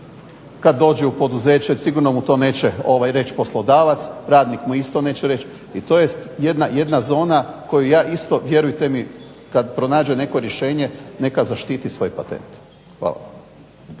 kad dođe u poduzeće sigurno mu to neće reći poslodavac, radnik mu isto neće reći. I to je jedna zona koju ja isto vjerujte mi kad pronađe neko rješenje neka zaštiti svoj patent. Hvala.